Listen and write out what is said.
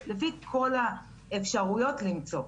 לפי כל האפשרויות למצוא.